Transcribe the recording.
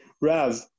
Rav